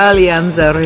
Alianza